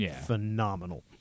phenomenal